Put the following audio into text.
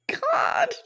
god